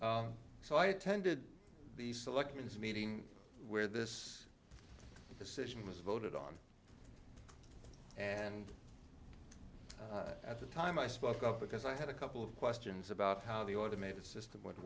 robust so i attended the selections meeting where this decision was voted on and at the time i spoke up because i had a couple of questions about how the automated system would